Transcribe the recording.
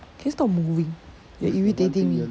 can you stop moving you are irritating me